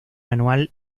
anual